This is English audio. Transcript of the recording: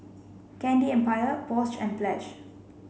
Candy Empire Porsche and Pledge